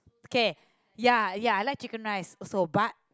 okay ya ya I like chicken rice also but